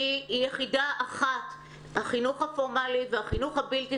באתר ועדת החינוך,